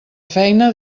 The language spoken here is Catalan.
feina